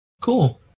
cool